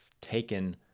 taken